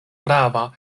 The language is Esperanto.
prava